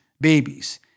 babies